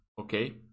okay